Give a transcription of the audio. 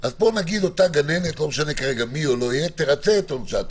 אז פה אותה גננת תרצה את עונשה,